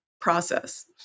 process